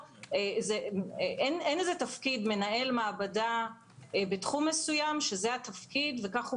אין תפקיד מנהל מעבדה בתחום מסוים שזה התפקיד וכך הוא